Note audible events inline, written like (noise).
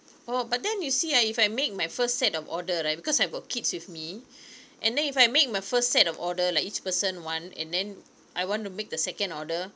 oh but then you see ah if I make my first set of order right because I've got kids with me (breath) and then if I make my first set of order like each person one and then I want to make the second order